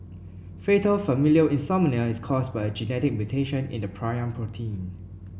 fatal familial insomnia is caused by a genetic mutation in a prion protein